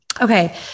okay